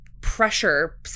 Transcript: pressure